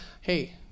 hey